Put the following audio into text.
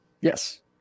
Yes